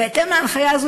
בהתאם להנחיה הזאת,